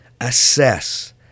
assess